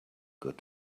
good